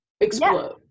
explode